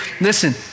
listen